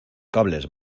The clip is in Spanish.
cables